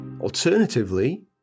Alternatively